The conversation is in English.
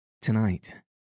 Tonight